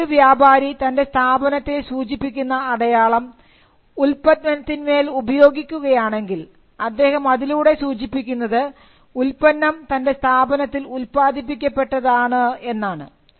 ഇപ്പോൾ ഒരു വ്യാപാരി തന്റെ സ്ഥാപനത്തെ സൂചിപ്പിക്കുന്ന അടയാളം ഉത്പന്നത്തിന്മേൽ ഉപയോഗിക്കുകയാണെങ്കിൽ അദ്ദേഹം അതിലൂടെ സൂചിപ്പിക്കുന്നത് ഉൽപ്പന്നം തൻറെ സ്ഥാപനത്തിൽ ഉത്പാദിപ്പിക്കപ്പെട്ടതാണ് എന്നാണ്